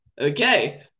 Okay